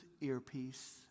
earpiece